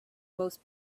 most